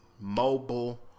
mobile